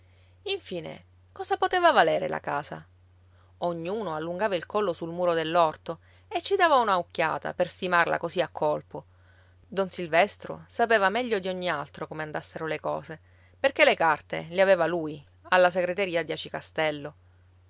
infine cosa poteva valere la casa ognuno allungava il collo sul muro dell'orto e ci dava una occhiata per stimarla così a colpo don silvestro sapeva meglio di ogni altro come andassero le cose perché le carte le aveva lui alla segreteria di aci castello